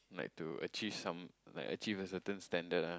like to achieve some like achieve a certain standard ah